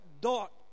dot